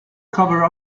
cover